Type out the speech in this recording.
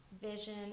vision